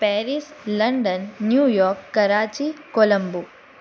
Paris London New York Karachi Colombo